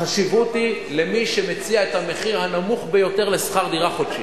החשיבות היא למי שמציע את המחיר הנמוך ביותר לשכר דירה חודשי.